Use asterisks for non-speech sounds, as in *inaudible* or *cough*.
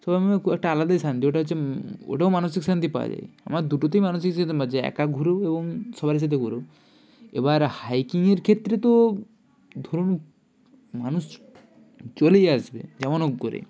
সবাই মিলে একটা আলাদাই শান্তি ওটা হচ্ছে ওটাও মানসিক শান্তি পাওয়া যায় আমার দুটোতেই মানসিক *unintelligible* পাওয়া যায় একা ঘুরেও এবং সবারই সাথে ঘুরেও এবার হাইকিংয়ের ক্ষেত্রে তো ধরুন মানুষ চলেই আসবে যেমন হোক করে